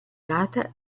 data